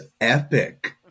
epic